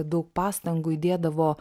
daug pastangų įdėdavo